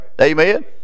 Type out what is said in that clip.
Amen